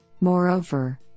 Moreover